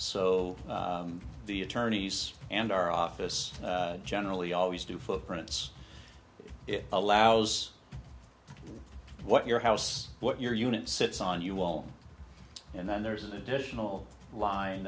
so the attorneys and our office generally always do footprints it allows what your house what your unit sits on your wall and then there's an additional line